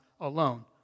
alone